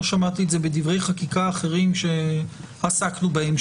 לא שמעתי את זה בדברי חקיקה אחרים שעסקנו בהם,